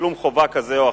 מתשלום חובה כזה או אחר.